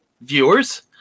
viewers